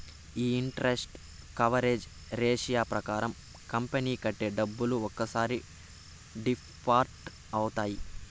ఈ interest coverage ratio ప్రకారం company కట్టే డబ్బులు ఒక్కసారి డిఫాల్ట్ అవుతాయి